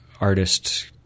artist